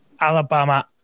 Alabama